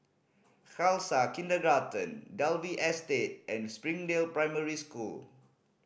Khalsa Kindergarten Dalvey Estate and Springdale Primary School